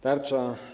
Tarcza.